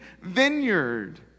vineyard